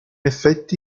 effetti